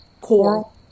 coral